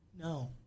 No